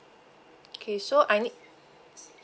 okay so I need